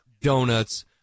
donuts